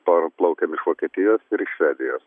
parplaukiam iš vokietijos ir iš švedijos